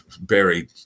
buried